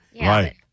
Right